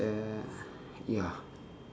then ya